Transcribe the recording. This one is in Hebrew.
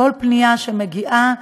כל פנייה שמגיעה,